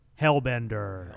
Hellbender